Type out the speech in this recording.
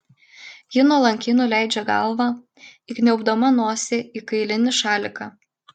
ji nuolankiai nuleidžia galvą įkniaubdama nosį į kailinį šaliką